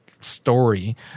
story